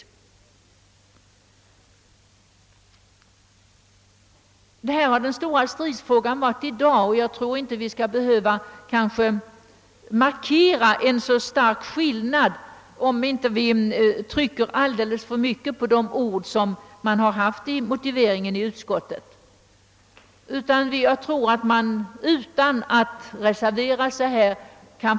Denna punkt har varit den stora stridsfrågan i dag, men jag tror inte att vi behöver markera så stora meningsskiljaktigheter om vi inte trycker onödigt mycket på ordvalet i utskottets motivering. Det är inte nödvändigt att reservera sig på denna punkt.